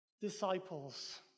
disciples